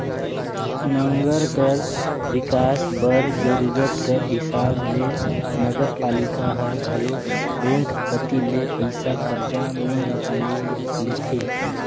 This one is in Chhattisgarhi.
नंगर कर बिकास बर जरूरत कर हिसाब ले नगरपालिका हर घलो बेंक कती ले पइसा करजा में ले लेथे